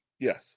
Yes